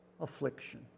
affliction